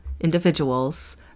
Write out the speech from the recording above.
individuals